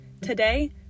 Today